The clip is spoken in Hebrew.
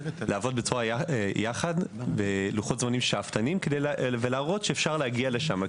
לעבוד יחד עם לוחות זמנים שאפתניים ולהראות שאפשר להגיע לשם.